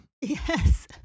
Yes